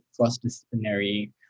cross-disciplinary